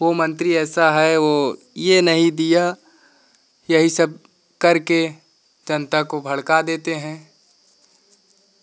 वह मंत्री ऐसा है वह यह नहीं दिया यही सब करके जनता को भड़का देते हैं